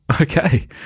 Okay